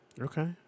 Okay